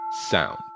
sound